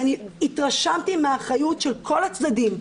ואני התרשמתי מהאחריות של כל הצדדים,